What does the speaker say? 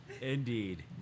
Indeed